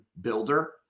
builder